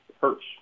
hurts